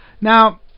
Now